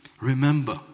Remember